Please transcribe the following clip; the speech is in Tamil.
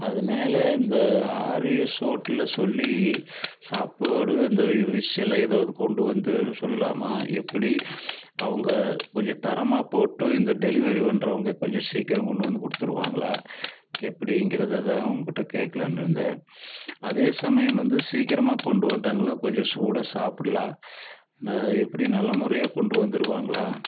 அதுமேலே இந்த ஆருயிர்ஸ் ஹோட்டலில் சொல்லி சாப்பாடு இந்த விஸ் எல்லாம் ஏதாவது கொண்டு வந்து சொல்லலாமா எப்படி அவங்க கொஞ்சம் தரமாக போட்டு இந்த டெலிவரி பண்ணுறவங்க கொஞ்சம் சீக்கிரம் கொண்டு வந்து கொடுத்துடுவாங்களா எப்படிங்குறததான் உன்கிட்ட கேட்கலாம்னு இருந்தேன் அதே சமயம் வந்து சீக்கிரமாக கொண்டு வந்துட்டாங்களா கொஞ்சம் சூடாக சாப்புடலாம் எப்படி நல்ல முறையா கொண்டு வந்திடுவாங்களா